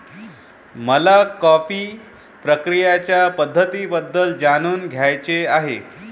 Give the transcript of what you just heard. मला कॉफी प्रक्रियेच्या पद्धतींबद्दल जाणून घ्यायचे आहे